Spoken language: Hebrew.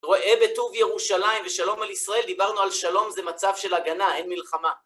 ראה בטוב ירושלים ושלום על ישראל, דיברנו על שלום, זה מצב של הגנה, אין מלחמה.